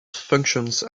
functions